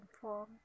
form